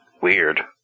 Weird